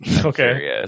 Okay